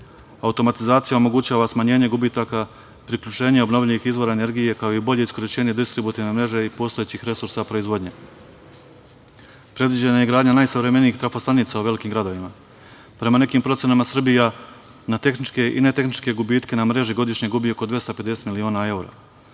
Automatizacija omogućava smanjenje gubitaka, priključenje obnovljivih izvora energije, kao i bolje iskorišćenje distributivne mreže i postojećih resursa proizvodnje. Predviđena je gradnja najsavremenijih trafo-stanica u velikim gradovima. Prema nekim procenama, Srbija na tehničke i ne tehničke gubitke na mreži godišnje gubi oko 250 miliona